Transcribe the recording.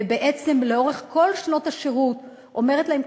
ובעצם לאורך כל שנות השירות אומרת להם,